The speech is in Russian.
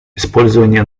использование